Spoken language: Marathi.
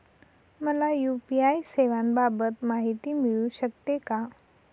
मला यू.पी.आय सेवांबाबत माहिती मिळू शकते का?